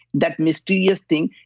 that mysterious thing,